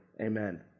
Amen